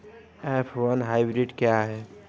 F one hybrid क्या है?